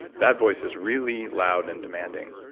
that voice is really loud and demanding.